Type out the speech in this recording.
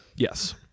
Yes